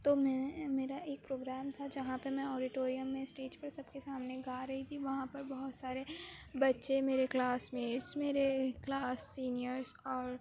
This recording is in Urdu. تو میں میرا ایک پروگرام تھا جہاں پہ میں آڈیٹوریم میں اسٹیج پر سب کے سامنے گا رہی تھی وہاں پر بہت سارے بچے میرے کلاس میٹس میرے کلاس سینئرس اور